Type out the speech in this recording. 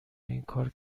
اینکار